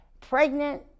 pregnant